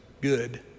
good